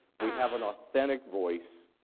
we have an authentic voice,